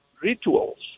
rituals